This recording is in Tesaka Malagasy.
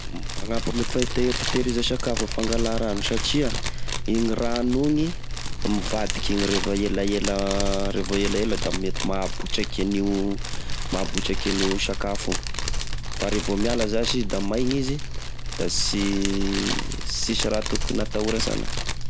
Magnampy ame fite- fitehiraza sakafo e fangala rano satria, igny rano igny! Mivadika iny rehefa elaela, revô elaela da mety mahabotraky an'io, mahabotraky an'io sakafo io, fa revo miala zasy izy da maina izy, da sy, sisy raha tokony atahora sana.